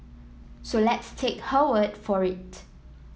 so let's take her word for it